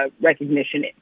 recognition